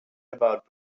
about